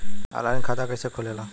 Online खाता कइसे खुलेला?